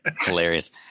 Hilarious